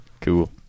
Cool